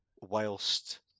whilst